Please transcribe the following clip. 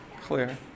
Clear